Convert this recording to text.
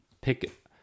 pick